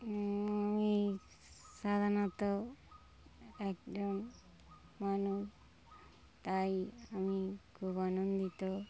আমি সাধারণত একজন মানুষ তাই আমি খুব আনন্দিত